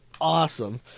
awesome